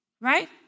right